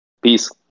Peace